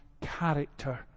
character